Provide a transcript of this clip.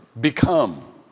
Become